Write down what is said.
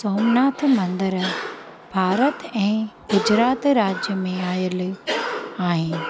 सोमनाथ मंदरु भारत ऐं गुजरात राज्य में आयुल आहे